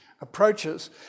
approaches